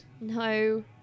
No